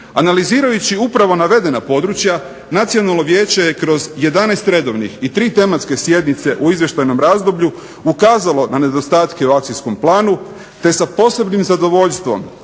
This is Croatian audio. Analizirajući upravo navedena područja Nacionalno vijeće je kroz 11 redovnih i 3 tematske sjednice u izvještajnom razdoblju ukazalo na nedostatke u akcijskom planu, te sa posebnim zadovoljstvom